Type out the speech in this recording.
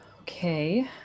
Okay